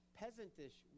peasantish